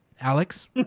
alex